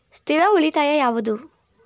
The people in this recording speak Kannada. ಸ್ಥಿರ ಉಳಿತಾಯ ಯಾವುದು?